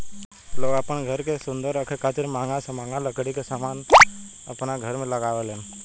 लोग आपन घर के सुंदर रखे खातिर महंगा से महंगा लकड़ी के समान अपन घर में लगावे लेन